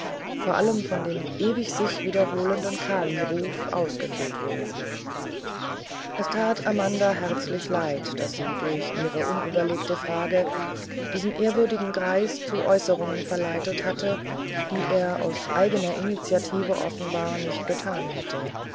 vor allem von dem ewig sich wiederholenden kaliruf ausgefüllt wurde es tat amanda herzlich leid daß sie durch ihre unüberlegte frage diesen ehrwürdigen greis zu äußerungen verleitet hatte die er aus eigener initiative offenbar nicht getan hätte